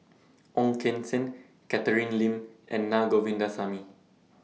Ong Keng Sen Catherine Lim and Naa Govindasamy